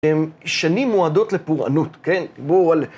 שנים מועדות לפורענות, כן? דיבור על...